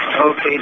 Okay